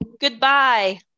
Goodbye